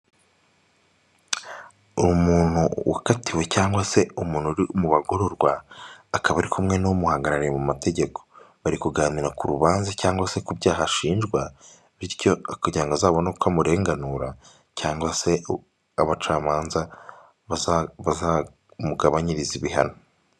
Umuntu wakatiwe cyangwa se umuntu uri mu bagororwa akaba ari kumwe n'umumuhagarariye mu mategeko, bari kuganira ku rubanza cyangwa se ku byaha ashinjwa bityo, kugira ngo azabone uko amurenganura cyangwa se abacamanza bazamugabanyiriza ibihano.